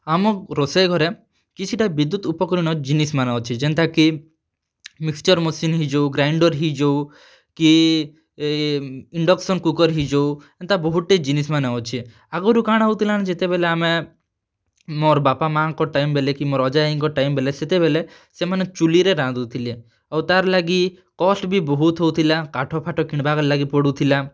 ଆମ ରୋଷେଇ ଘରେ କିଛି'ଟା ବିଦ୍ୟୁତ୍ ଉପକରଣ ଜିନିଷ୍ ମାନେ ଅଛେ ଯେନ୍ତା କି ମିକ୍ସଚର୍ ମେସିନ୍ ହେଇଯାଉ ଗ୍ରାଇଣ୍ଡର୍ ହେଇଯାଉ କି ଇଂଣ୍ଡକ୍ସନ୍ କୁକର୍ ହେଇଯାଉ ଏନ୍ତା ବହୁତ୍'ଟେ ଜିନିଷ୍ମାନେ ଅଛେ ଆଗ୍ରୁ କା'ଣା ହେଉଥିଲା ନା ଯେତେବେଲେ ଆମେ ମୋର୍ ବାପା ମାଆଙ୍କର୍ ଟାଇମ୍ ବେଲେ କି ମୋର୍ ଅଜା ଆଇଙ୍କର୍ ଟାଇମ୍ ବେଲେ ସେତେବେଲେ ସେମାନେ ଚୁଲ୍ହି ରେ ରାନ୍ଧୁଥିଲେ ଆଉ ତା'ର୍ ଲାଗି କଷ୍ଟ ବି ବହୁତ୍ ହେଉଥିଲା କାଠଫାଠ କିଣିବାର୍ ଲାଗି ପଡୁଥିଲା